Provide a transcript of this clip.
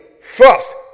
first